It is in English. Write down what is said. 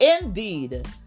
Indeed